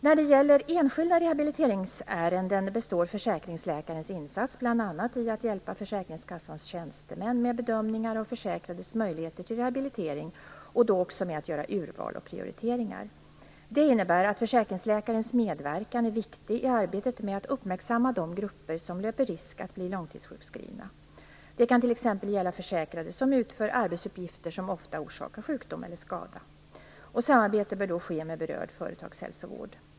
När det gäller enskilda rehabiliteringsärenden består försäkringsläkarens insats bl.a. i att hjälpa försäkringskassans tjänstemän med bedömningar av försäkrades möjligheter till rehabilitering och då också med att göra urval och prioriteringar. Det innebär att försäkringsläkarens medverkan är viktig i arbetet med att uppmärksamma de grupper som löper risk att bli långtidssjukskrivna. Det kan t.ex. gälla försäkrade som utför arbetsuppgifter som ofta orsakar sjukdom eller skada. Samarbete bör då ske med berörd företagshälsovård.